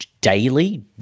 daily